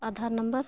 Aadhaar number